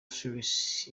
cyrus